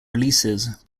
releases